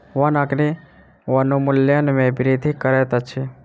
वन अग्नि वनोन्मूलन में वृद्धि करैत अछि